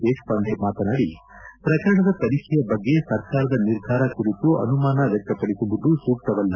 ದೇಶಪಾಂಡೆ ಮಾತನಾಡಿ ಶ್ರಕರಣದ ತನಿಖೆಯ ಬಗ್ಗೆ ಸರ್ಕಾರದ ನಿರ್ಧಾರ ಕುರಿತು ಅನುಮಾನ ವ್ಯಕ್ತಪಡಿಸುವುದು ಸೂಕ್ತವಲ್ಲ